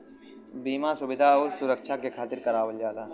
बीमा सुविधा आउर सुरक्छा के खातिर करावल जाला